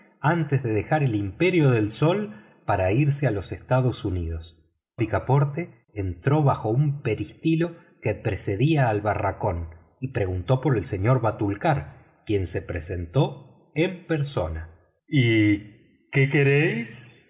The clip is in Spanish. antes de dejar el imperio del sol para irse a los estados unidos picaporte entró bajo un peristilo que precedía al barracón y preguntó por el señor batulcar quien se presentó en persona qué queréis